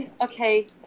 Okay